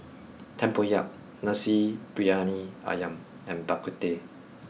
Tempoyak Nasi Briyani Ayam and Bak Kut Teh